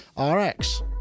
RX